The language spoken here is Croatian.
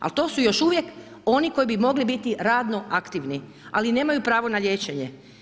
Ali to su još uvijek oni koji bi mogli biti radno aktivni, ali nemaju pravo na liječenje.